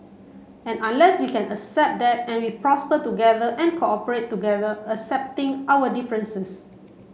and unless we can accept that and we prosper together and cooperate together accepting our differences